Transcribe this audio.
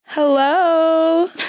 Hello